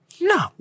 No